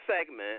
segment